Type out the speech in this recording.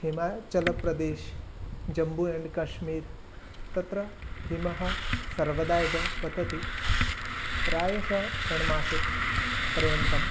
Himachal Pradesh Jammu and Kashmir तत्र हिमः सर्वदा एव पतति प्रायशः षण्मासपर्यन्तं